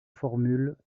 formule